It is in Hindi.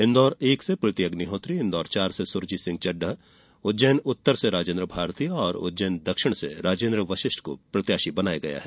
इन्दौर एक से प्रीति अग्निहोत्री इन्दौर चार से सुरजीत सिंह चड़डा उज्जैन उत्तर से राजेन्द्र भारती और उज्जैन दक्षिण से राजेन्द्र वशिष्ट को प्रत्याशी बनाया गया है